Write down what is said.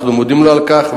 אנחנו מודים לו על כך.